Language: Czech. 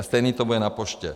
A stejné to bude na poště.